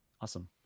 Awesome